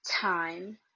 time